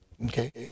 Okay